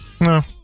no